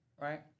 right